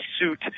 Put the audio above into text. suit